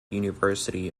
university